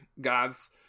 gods